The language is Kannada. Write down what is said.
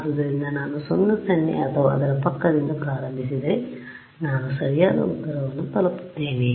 ಆದ್ದರಿಂದ ನಾನು 0 0 ಅಥವಾ ಅದರ ಪಕ್ಕದಿಂದ ಪ್ರಾರಂಭಿಸಿದರೆ ನಾನು ಸರಿಯಾದ ಉತ್ತರವನ್ನು ತಲುಪುತ್ತೇನೆ